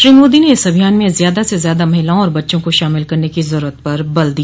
श्री मोदी ने इस अभियान में ज्यादा से ज्यादा महिलाओं आर बच्चों को शामिल करने की जरूरत पर बल दिया